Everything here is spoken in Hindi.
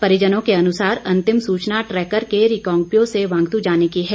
परिजनों के अनुसार अंतिम सूचना ट्रैकर के रिकांगपिओ से वांगतू जाने की है